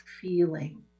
feeling